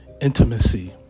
intimacy